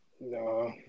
No